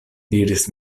diris